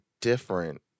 different